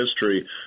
history